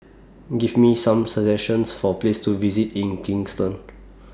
Give Me Some suggestions For Places to visit in Kingston